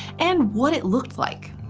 and what it looked like.